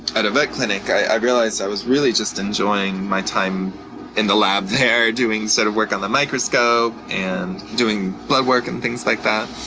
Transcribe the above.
at a vet clinic, i realized i was really just enjoying my time in the lab there doing sort of work on the microscope, and doing bloodwork, and things like that.